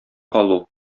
калу